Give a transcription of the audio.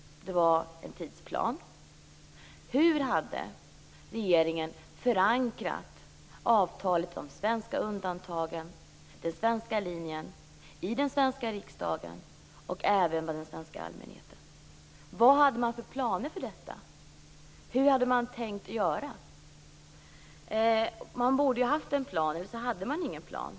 Hur hade regeringen förankrat avtalet om de svenska undantagen, den svenska linjen, i den svenska riksdagen och även bland den svenska allmänheten? Vad hade man för planer för detta? Hur hade man tänkt göra? Man borde ha haft en plan - eller så hade man ingen plan.